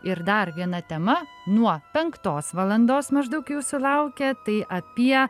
ir dar viena tema nuo penktos valandos maždaug jūsų laukia tai apie